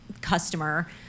customer